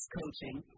coaching